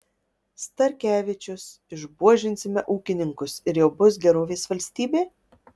starkevičius išbuožinsime ūkininkus ir jau bus gerovės valstybė